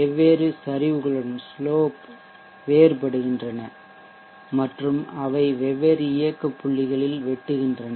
வெவ்வேறு சரிவுகளுடன் ஸ்லோப் வேறுபடுகின்றன மற்றும் அவை வெவ்வேறு இயக்க புள்ளிகளில் வெட்டுகின்றன